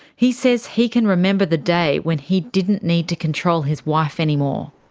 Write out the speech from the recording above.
he says he can remember the day when he didn't need to control his wife anymore.